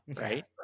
Right